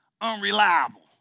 unreliable